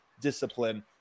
discipline